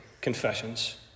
Confessions